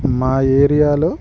మా ఏరియాలో